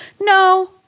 No